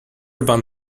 van